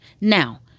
now